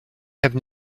have